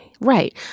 Right